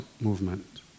movement